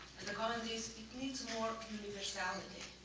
and the comment is it needs more universality.